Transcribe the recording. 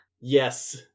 Yes